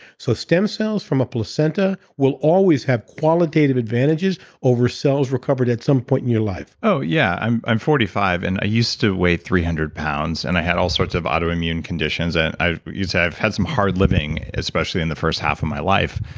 so, stem cells from a placenta will always have qualitative advantages over cells recovered at some point in your life. oh yeah. i'm i'm forty five and i used to weigh three hundred lbs. and i had all sorts of autoimmune conditions. and you said i've had some hard living especially in the first half of my life.